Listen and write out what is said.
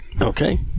okay